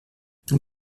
dans